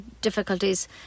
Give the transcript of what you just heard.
difficulties